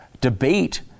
debate